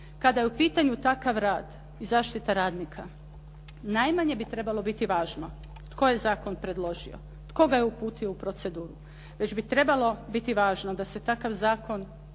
kada je u pitanju takav radi i zaštita radnika, najmanje bi trebalo biti važno tko je zakon predložio, tko ga je uputio u proceduru, već bi trebalo biti važno da se takav zakon,